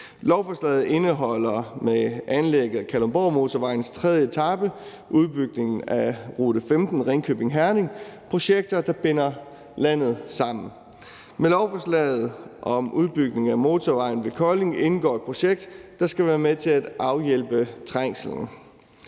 infrastrukturplanen. Med anlægget af Kalundborgmotorvejens tredje etape og udbygningen af rute 15, Ringkøbing-Herning, indeholder lovforslaget projekter, der binder landet sammen. Med lovforslaget om udbygning af motorvejen ved Kolding indgår et projekt, der skal være med til at afhjælpe trængslen.